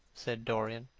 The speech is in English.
said dorian.